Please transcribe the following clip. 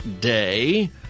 day